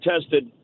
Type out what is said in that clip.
tested